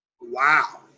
Wow